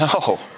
No